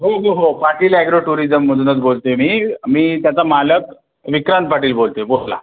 हो हो हो पाटील ॲग्रो टुरिझममधूनच बोलते मी मी त्याचा मालक विक्रांत पाटील बोलतो आहे बोला